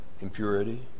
impurity